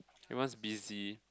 everyone's busy